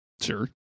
Sure